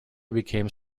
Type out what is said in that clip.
became